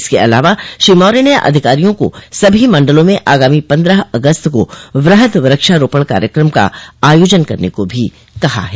इसके अलावा श्री मौर्य ने अधिकारियों को सभी मंडलों में आगामी पन्द्रह अगस्त को वृहद वृक्षारोपण कार्यक्रम का आयोजन करने को भी कहा है